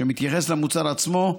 שמתייחס למוצר עצמו,